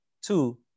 Two